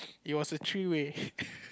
it was a three way